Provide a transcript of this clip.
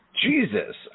Jesus